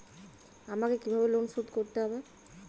আমাকে কিভাবে লোন শোধ করতে হবে?